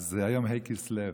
אז היום ה' בכסלו,